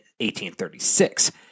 1836